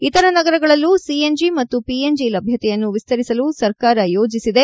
ಇತರ ನಗರಗಳಲ್ಲೂ ಸಿಎನ್ಜಿ ಮತ್ತು ಪಿಎನ್ಜಿ ಲಭ್ಯತೆಯನ್ನು ವಿಸ್ದರಿಸಲು ಸರ್ಕಾರ ಯೋಜಿಸಿದೆ